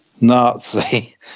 Nazi